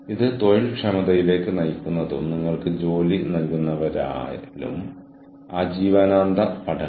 ഇപ്പോൾ നമ്മൾ മോഡലുകളിലേക്ക് നീങ്ങും നമ്മൾ വ്യത്യസ്ത തരം നെറ്റ്വർക്കിംഗ് സംസാരിച്ചു